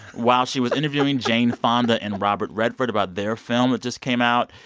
while she was interviewing jane fonda and robert redford about their film that just came out,